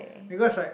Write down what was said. because like